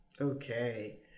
Okay